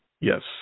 Yes